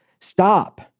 Stop